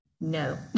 No